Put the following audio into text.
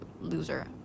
loser